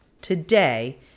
today